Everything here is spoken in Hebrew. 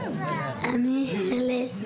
אני ילד,